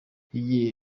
igihe